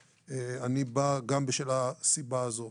ואני בא גם בשל הסיבה הזו.